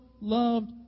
loved